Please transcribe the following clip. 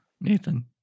Nathan